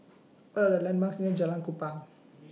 What Are The landmarks near Jalan Kupang